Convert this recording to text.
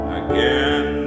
again